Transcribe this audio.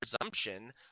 presumption